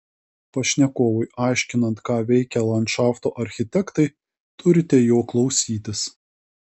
pašnekovui aiškinant ką veikia landšafto architektai turite jo klausytis